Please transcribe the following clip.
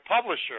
publisher